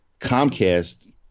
comcast